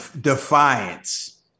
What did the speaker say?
defiance